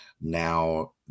now